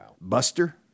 Buster